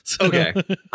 Okay